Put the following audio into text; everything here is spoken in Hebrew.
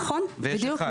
נכון, בדיוק.